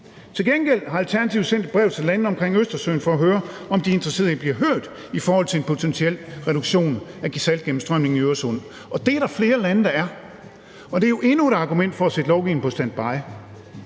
Til gengæld har Alternativet sendt et brev til landene omkring Østersøen for at høre, om de er interesserede i at blive hørt i forhold til en potentiel reduktion af saltgennemstrømningen i Øresund, og det er der flere lande der er. Det er jo endnu et argument for at sætte lovgivningen på standby.